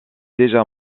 déjà